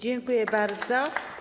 Dziękuję bardzo.